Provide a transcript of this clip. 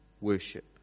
worship